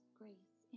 grace